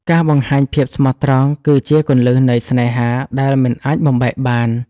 ការបង្ហាញភាពស្មោះត្រង់គឺជាគន្លឹះនៃស្នេហាដែលមិនអាចបំបែកបាន។